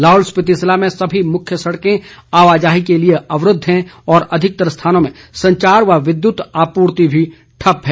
लाहौल स्पीति जिले में सभी मुख्य सडकें आवाजाही के लिए अवरूद्ध हैं और अधिकतर स्थानों में संचार व विद्युत आपूर्ति भी ठप्प है